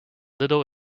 little